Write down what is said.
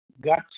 got